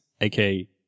aka